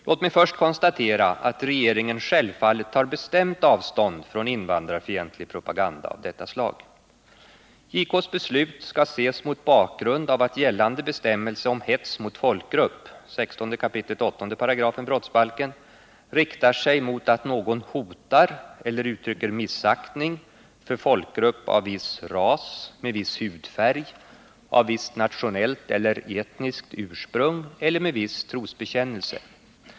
Låt mig först konstatera att regeringen självfallet tar bestämt avstånd från invandrarfientlig propaganda av detta slag. JK:s beslut skall ses mot bakgrund av att gällande bestämmelse om hets mot folkgrupp — 16 kap. 8 § brottsbalken — riktar sig mot att någon hotar eller uttrycker missaktning för folkgrupp av viss ras, med viss hudfärg, av visst nationellt eller etniskt ursprung eller med viss trosbekännelse.